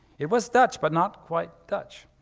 it was dutch but not quite dutch.